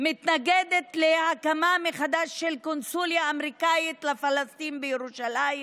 ומתנגדת להקמה מחדש של קונסוליה אמריקאית לפלסטינים בירושלים,